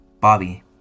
Bobby